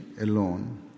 alone